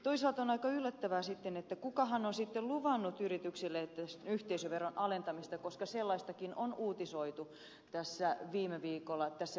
toisaalta on aika yllättävää sitten että kukahan on luvannut yrityksille yhteisöveron alentamista koska sellaistakin on uutisoitu viime viikolla tässä yhteydessä